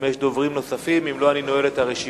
אם יש דוברים נוספים, אם לא, אני נועל את הרשימה.